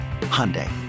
Hyundai